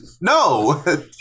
No